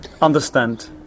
understand